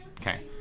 Okay